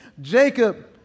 Jacob